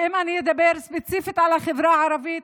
ואם אני אדבר ספציפית על החברה הערבית: